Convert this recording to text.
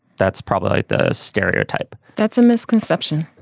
that's probably like the stereotype that's a misconception.